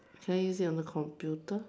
can I use it on the computer